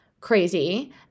crazy